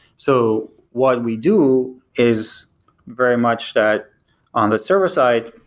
so what we do is very much that on the server side,